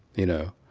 you know?